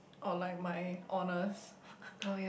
or like my honors